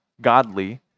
godly